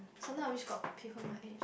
sometime I wish got people my age